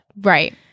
right